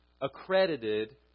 ...accredited